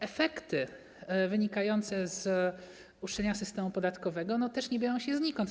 Efekty wynikające z uszczelnienia systemu podatkowego też nie biorą się znikąd.